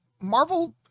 Marvel